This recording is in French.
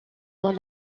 dans